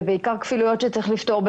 ובעיקר כפילויות שצריך לפתור,